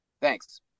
Thanks